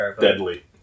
deadly